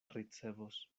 ricevos